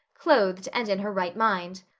clothed and in her right mind.